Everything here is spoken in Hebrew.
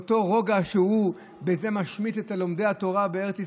באותו רוגע שבו הוא משמיץ את לומדי התורה בארץ ישראל,